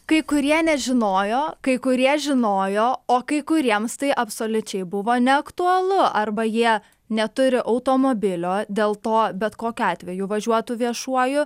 kai kurie nežinojo kai kurie žinojo o kai kuriems tai absoliučiai buvo neaktualu arba jie neturi automobilio dėl to bet kokiu atveju važiuotų viešuoju